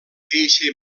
eixe